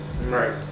right